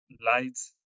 lights